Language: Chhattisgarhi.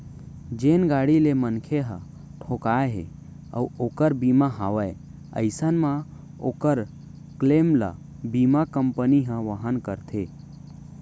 जेन गाड़ी ले मनखे ह ठोंकाय हे अउ ओकर बीमा हवय अइसन म ओकर क्लेम ल बीमा कंपनी ह वहन करथे